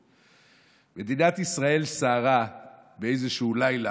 מדינת ישראל סערה באיזשהו לילה,